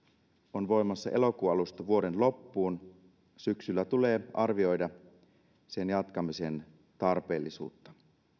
on voimassa elokuun alusta vuoden loppuun syksyllä tulee arvioida sen jatkamisen tarpeellisuutta